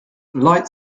light